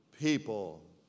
people